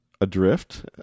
adrift